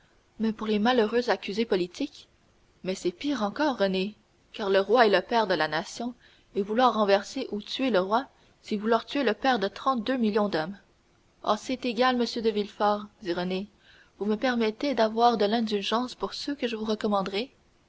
mais pour les malheureux accusés politiques mais c'est pire encore renée car le roi est le père de la nation et vouloir renverser ou tuer le roi c'est vouloir tuer le père de trente-deux millions d'hommes oh c'est égal monsieur de villefort dit renée vous me promettez d'avoir de l'indulgence pour ceux que je vous recommanderai